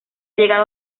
llegado